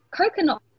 coconut